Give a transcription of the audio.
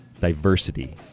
diversity